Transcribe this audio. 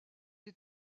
des